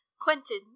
Quentin